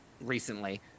recently